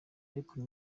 ariko